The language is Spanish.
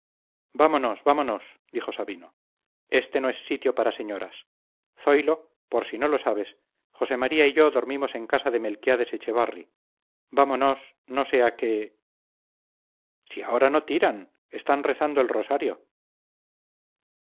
vámonos vámonos dijo sabino este no es sitio para señoras zoilo por si no lo sabes josé maría y yo dormimos en casa de melquiades echevarri vámonos no sea que si ahora no tiran están rezando el rosario